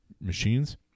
machines